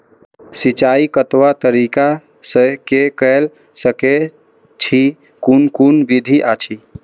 सिंचाई कतवा तरीका स के कैल सकैत छी कून कून विधि अछि?